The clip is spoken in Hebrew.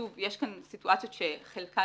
יש כאן סיטואציות שחלקן,